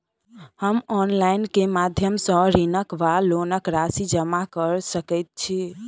हम ऑनलाइन केँ माध्यम सँ ऋणक वा लोनक राशि जमा कऽ सकैत छी?